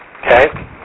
okay